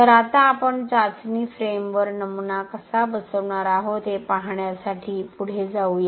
तर आता आपण चाचणी फ्रेमवर नमुना कसा बसवणार आहोत हे पाहण्यासाठी पुढे जाऊ या